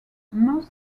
most